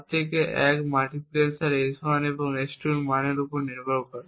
4 থেকে 1 multiplexer S1 এবং S2 এর মানের উপর নির্ভর করে